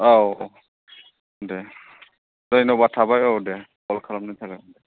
औ दे धन्यबाद थाबाय औ दे कल खालामनायनि थाखाय